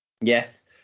Yes